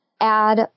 add